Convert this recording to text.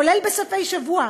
כולל בסופי שבוע,